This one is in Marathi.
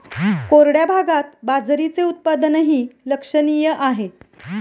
कोरड्या भागात बाजरीचे उत्पादनही लक्षणीय आहे